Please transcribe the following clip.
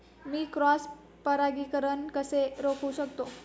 मी cross परागीकरण कसे रोखू शकतो?